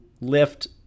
lift